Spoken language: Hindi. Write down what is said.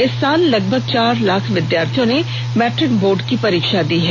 इस साल लगभग चार लाख विद्यार्थियों ने मैट्रिक बोर्ड की परीक्षा दी है